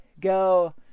go